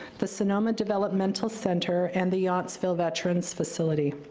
the sonoma developmental center, and the yountsville veterans' facility.